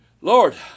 Lord